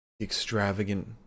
Extravagant